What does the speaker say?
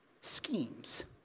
schemes